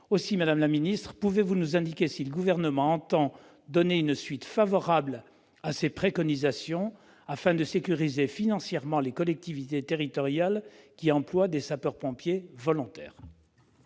Aussi, madame la ministre, pouvez-vous nous indiquer si le Gouvernement entend donner une suite favorable à ces préconisations afin de sécuriser financièrement les collectivités territoriales qui emploient des sapeurs-pompiers volontaires ?